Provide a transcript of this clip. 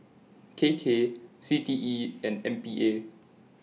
K K C T E and M P A